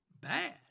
bad